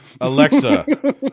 alexa